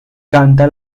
canta